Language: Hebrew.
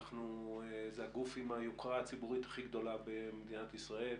זה הגוף עם היוקרה הציבורית הכי גדולה במדינת ישראל,